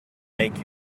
make